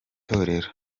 torero